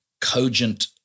cogent